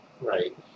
Right